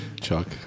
Chuck